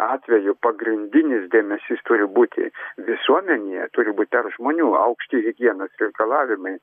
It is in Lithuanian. atveju pagrindinis dėmesys turi būti visuomenėje turi būti per žmonių aukšti higienos reikalavimai